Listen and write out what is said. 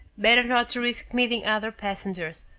better not to risk meeting other passengers,